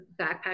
backpack